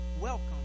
welcome